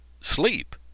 sleep